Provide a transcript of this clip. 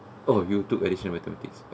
oh you took additional mathematics